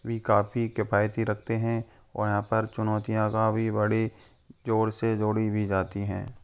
भी काफ़ी किफ़ायती रखते हैं वहाँ पर चुनौतियाँ का भी बड़ी ज़ोर से जोड़ी भी जाती हैं